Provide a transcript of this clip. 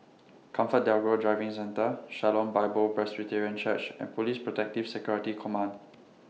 ComfortDelGro Driving Centre Shalom Bible Presbyterian Church and Police Protective Security Command